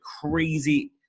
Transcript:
crazy